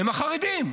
הם החרדים.